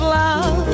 love